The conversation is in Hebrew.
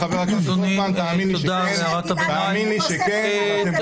חבר הכנסת רוטמן, תאמין לי שכן, אתם גם יודעים את